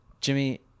Jimmy